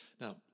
Now